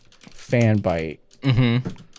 Fanbite